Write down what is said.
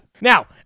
Now